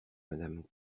madame